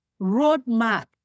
roadmap